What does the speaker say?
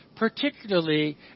Particularly